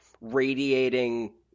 radiating